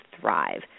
thrive